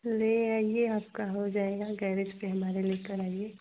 ले आइए आपका हो जाएगा गैरेज पर हमारे लेकर आइए